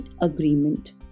agreement